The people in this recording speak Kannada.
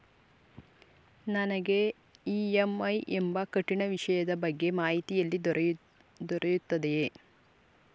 ನನಗೆ ಇ.ಎಂ.ಐ ಎಂಬ ಕಠಿಣ ವಿಷಯದ ಬಗ್ಗೆ ಮಾಹಿತಿ ಎಲ್ಲಿ ದೊರೆಯುತ್ತದೆಯೇ?